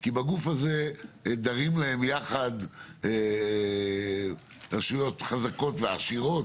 כי בגוף הזה דרים להם יחד רשויות חזקות ועשירות